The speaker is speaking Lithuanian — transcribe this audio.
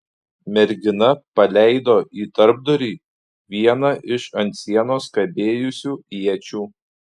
mergina paleido į tarpdurį vieną iš ant sienos kabėjusių iečių